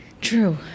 True